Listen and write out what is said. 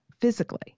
Physically